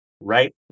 right